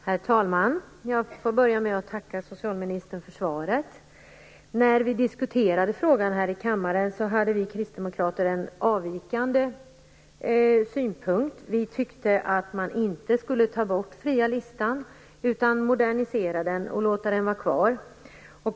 Herr talman! Jag får börja med att tacka socialministern för svaret. När vi diskuterade frågan här i kammaren hade vi kristdemokrater en avvikande synpunkt. Vi tyckte att man inte skulle ta bort den fria listan utan modernisera den och låta den vara kvar.